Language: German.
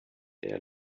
der